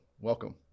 welcome